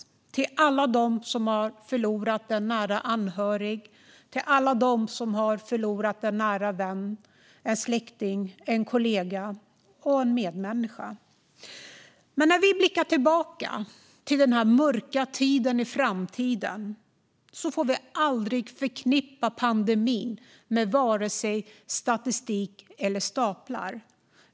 De går till alla dem som har förlorat en nära anhörig, en nära vän, en släkting, en kollega eller en medmänniska. När vi blickar tillbaka på denna mörka tid i framtiden får vi aldrig förknippa pandemin med vare sig statistik eller staplar.